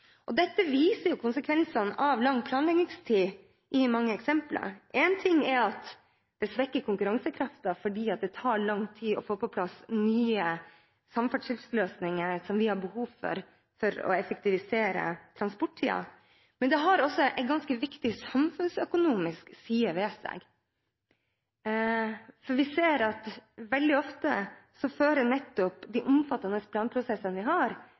viser slike konsekvenser av lang planleggingstid. Én ting er at det svekker konkurransekraften fordi det tar lang tid å få på plass nye samferdselsløsninger som vi har behov for for å effektivisere transporttiden. Men det har også en ganske viktig samfunnsøkonomisk side ved seg, for veldig ofte ser vi at de omfattende planprosessene vi har,